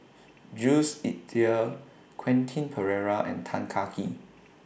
Jules Itier Quentin Pereira and Tan Kah Kee